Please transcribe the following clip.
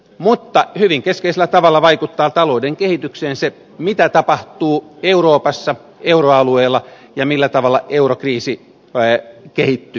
mutta hyvin keskeisellä tavalla vaikuttaa talouden kehitykseen se mitä tapahtuu euroopassa euroalueella ja millä tavalla eurokriisi kehittyy